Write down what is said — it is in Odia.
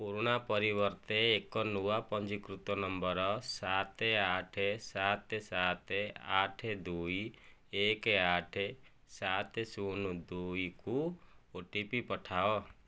ପୁରୁଣା ପରିବର୍ତ୍ତେ ଏକ ନୂଆ ପଞ୍ଜୀକୃତ ନମ୍ବର ସାତ ଆଠ ସାତ ସାତ ଆଠ ଦୁଇ ଏକ ଆଠ ସାତ ଶୂନ ଦୁଇ କୁ ଓଟିପି ପଠାଅ